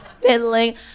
fiddling